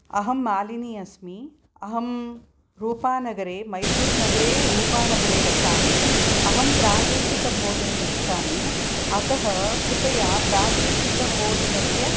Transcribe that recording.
अहं मालिनी अस्मि अहं रूपानगरे मैसूरुनगरे रूपानगरे वसामि अहं प्रादेशिकभोजनमिच्छामि अतः कृपया प्रादेशिकभोजनस्य